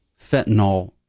fentanyl